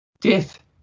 Death